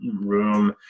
room